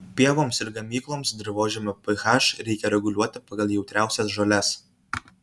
pievoms ir ganykloms dirvožemio ph reikia reguliuoti pagal jautriausias žoles